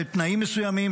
בתנאים מסוימים,